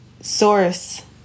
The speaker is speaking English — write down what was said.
source